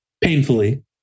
Painfully